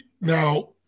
now